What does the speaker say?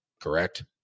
Correct